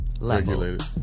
regulated